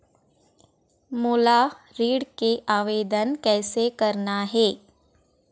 मोला ऋण के आवेदन कैसे करना हे?